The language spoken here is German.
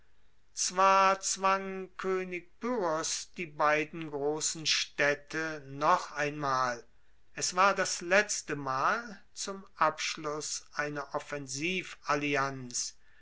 zwar zwang koenig pyrrhos die beiden grossen staedte noch einmal es war das letzte mal zum abschluss einer offensivallianz